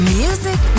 music